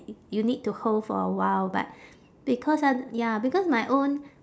you need to hold for a while but because ah ya because my own